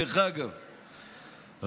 דרך אגב,